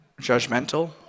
judgmental